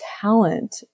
talent